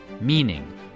meaning